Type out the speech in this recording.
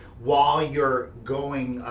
while you're going,